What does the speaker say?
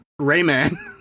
Rayman